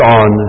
on